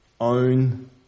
Own